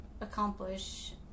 accomplish